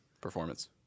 performance